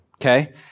Okay